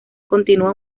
continuó